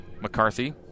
McCarthy